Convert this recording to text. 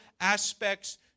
aspects